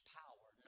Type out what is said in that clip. power